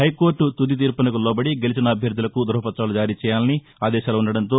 హైకోర్లు తుది తీర్భునకు లోబడి గెలిచిన అభ్యర్థలకు ధృవపత్రాలు జారీచేయాలని ఆదేశాలుండటంతో